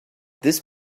this